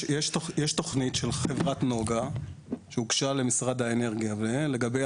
יש תכנית של חברת נגה שהוגשה למשרד האנרגיה לגבי